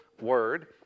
word